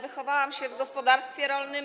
Wychowałam się w gospodarstwie rolnym.